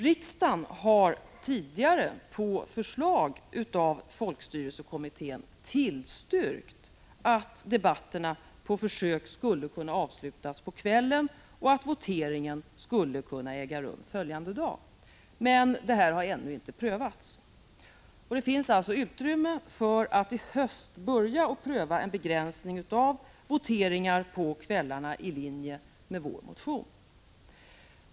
Riksdagen har tidigare på förslag av folkstyrelsekommittén tillstyrkt att debatterna på försök skulle kunna avslutas på kvällen och att voteringen skulle kunna äga rum följande dag. Men detta har ännu inte prövats. Det finns alltså utrymme för att i höst börja pröva en begränsning av voteringar på kvällarna i linje med vår motion.